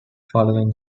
following